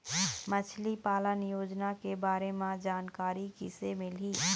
मछली पालन योजना के बारे म जानकारी किसे मिलही?